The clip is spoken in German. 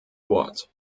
wort